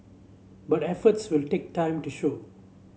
but efforts will take time to show